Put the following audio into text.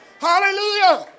Hallelujah